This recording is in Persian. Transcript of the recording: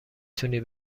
تونی